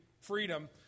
freedom